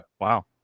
Wow